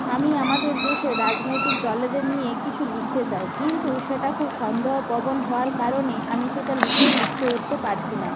আমি আমাদের দেশের রাজনৈতিক দলেদের নিয়ে কিছু লিখতে চাই কিন্তু সেটা খুব সন্দেহ প্রবণ হওয়ার কারণে আমি সেটা লিখেও লিখতে উঠতে পারছি না